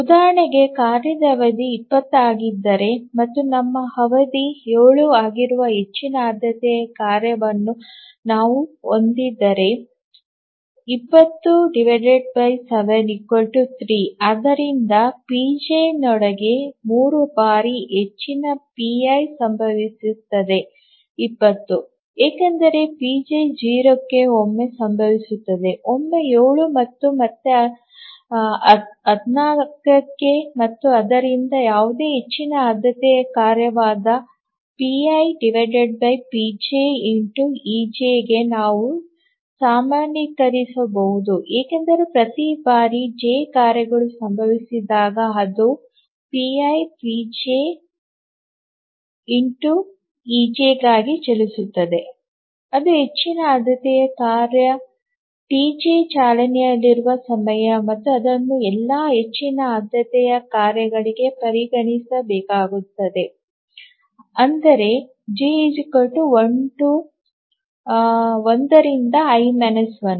ಉದಾಹರಣೆಗೆ ಕಾರ್ಯದ ಅವಧಿ 20 ಆಗಿದ್ದರೆ ಮತ್ತು ನಮ್ಮ ಅವಧಿ 7 ಆಗಿರುವ ಹೆಚ್ಚಿನ ಆದ್ಯತೆಯ ಕಾರ್ಯವನ್ನು ನಾವು ಹೊಂದಿದ್ದರೆ ⌈207⌉3 ಆದ್ದರಿಂದ ಪಿವಿಚ್ ನೊಳಗೆ 3 ಬಾರಿ ಹೆಚ್ಚಿನ pi ಸಂಭವಿಸುತ್ತದೆ 20 ಏಕೆಂದರೆ pj 0 ಕ್ಕೆ ಒಮ್ಮೆ ಸಂಭವಿಸುತ್ತದೆ ಒಮ್ಮೆ 7 ಮತ್ತು ಮತ್ತೆ 14 ಕ್ಕೆ ಮತ್ತು ಆದ್ದರಿಂದ ಯಾವುದೇ ಹೆಚ್ಚಿನ ಆದ್ಯತೆಯ ಕಾರ್ಯವಾದ ⌈pipj⌉∗ej ಗೆ ನಾವು ಸಾಮಾನ್ಯೀಕರಿಸಬಹುದು ಏಕೆಂದರೆ ಪ್ರತಿ ಬಾರಿ j ಕಾರ್ಯಗಳು ಸಂಭವಿಸಿದಾಗ ಅದು ⌈pipj⌉∗ej ಗಾಗಿ ಚಲಿಸುತ್ತದೆ ಅದು ಹೆಚ್ಚಿನ ಆದ್ಯತೆಯ ಕಾರ್ಯ Tj ಚಾಲನೆಯಲ್ಲಿರುವ ಸಮಯ ಮತ್ತು ಅದನ್ನು ಎಲ್ಲಾ ಹೆಚ್ಚಿನ ಆದ್ಯತೆಯ ಕಾರ್ಯಗಳಿಗೆ ಪರಿಗಣಿಸಬೇಕಾಗುತ್ತದೆ ಅಂದರೆ j 1 ರಿಂದ i 1